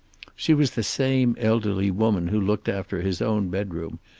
she was the same elderly woman who looked after his own bedroom,